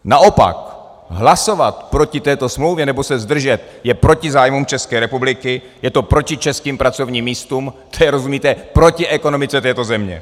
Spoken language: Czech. Naopak hlasovat proti této smlouvě nebo se zdržet je proti zájmům České republiky je to proti českým pracovním místům, to je, rozumíte, proti ekonomice této země!